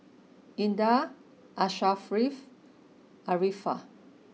Indah Asharaff and Arifa